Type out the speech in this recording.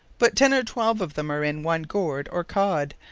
but ten or twelve of them are in one gorde or cod,